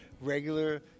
regular